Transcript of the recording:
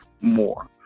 more